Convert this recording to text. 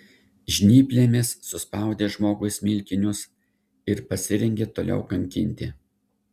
žnyplėmis suspaudė žmogui smilkinius ir pasirengė toliau kankinti